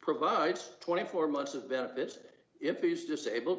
provides twenty four months of benefit if he's disabled